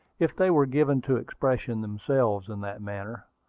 if they were given to expressing themselves in that manner.